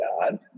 god